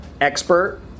expert